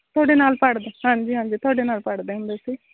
ਤੁਹਾਡੇ ਨਾਲ ਪੜ੍ਹਦਾ ਹਾਂਜੀ ਹਾਂਜੀ ਤੁਹਾਡੇ ਨਾਲ ਪੜ੍ਹਦੇ ਹੁੰਦੇ ਸੀ